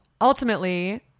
ultimately